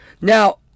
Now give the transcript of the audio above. Now